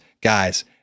guys